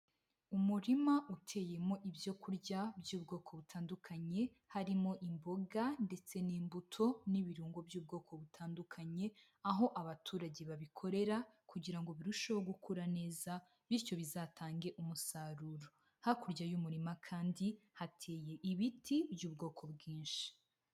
Umurima uteyemo ibyo kurya by'ubwoko butandukanye, harimo imboga ndetse n'imbuto n'ibirungo by'ubwoko butandukanye, aho abaturage babikorera kugira ngo birusheho gukura neza bityo bizatange umusaruro. Hakurya y'umurima kandi hateye ibiti by'ubwoko bwinshi.